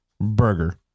burger